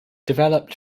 developed